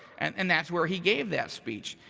and and that's where he gave that speech.